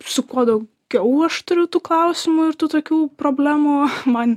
su kuo daugiau aš turiu tų klausimų ir tų tokių problemų man